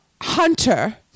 Hunter